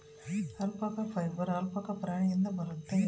alpaca fibre alpaca ಪ್ರಾಣಿಯಿಂದ ಬರುತ್ತೆ